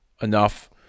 enough